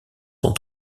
sont